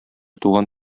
туган